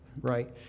right